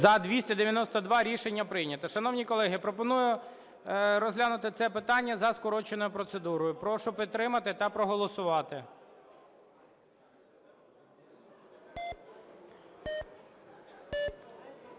За-292 Рішення прийнято. Шановні колеги, пропоную розглянути це питання за скороченою процедурою. Прошу підтримати та проголосувати.